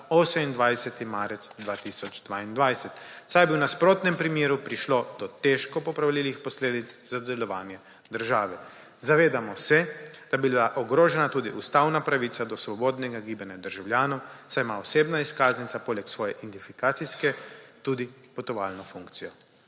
28. marec 2022, saj bi v nasprotnem primeru prišlo do težko popravljivih posledic za delovanje države. Zavedamo se, da bi bila ogrožena tudi ustavna pravica do svobodnega gibanja državljanov, saj ima osebna izkaznica poleg svoje identifikacijske, tudi potovalno funkcijo.